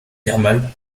thermales